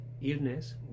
illness